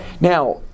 Now